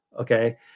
Okay